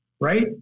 right